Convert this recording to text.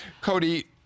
Cody